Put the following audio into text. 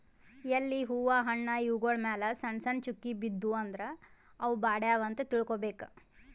ಎಲಿ ಹೂವಾ ಹಣ್ಣ್ ಇವ್ಗೊಳ್ ಮ್ಯಾಲ್ ಸಣ್ಣ್ ಸಣ್ಣ್ ಚುಕ್ಕಿ ಬಿದ್ದೂ ಅಂದ್ರ ಅವ್ ಬಾಡ್ಯಾವ್ ಅಂತ್ ತಿಳ್ಕೊಬೇಕ್